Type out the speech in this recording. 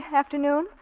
afternoon